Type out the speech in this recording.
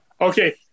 okay